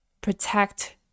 Protect